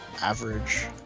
average